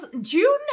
June